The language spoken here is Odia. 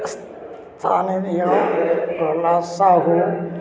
ପ୍ରହଲ୍ଲାଦ ସାହୁ